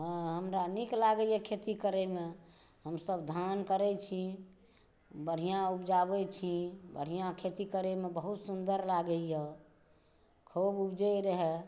हँ हमरा नीक लागैया खेती करैमे हमसब धान करै छी बढ़िऑं उपजाबै छी बढ़िऑं खेती करै मे बहुत सुन्दर लागैया खूब उपजै रहए